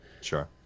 Sure